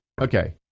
okay